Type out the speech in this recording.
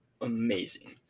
amazing